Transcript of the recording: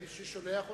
מי ששולח אותך,